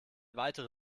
weitere